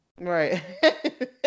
right